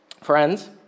friends